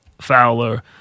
Fowler